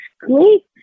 great